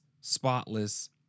spotless